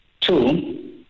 Two